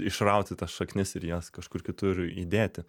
išrauti tas šaknis ir jas kažkur kitur įdėti